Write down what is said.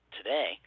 today